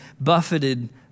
buffeted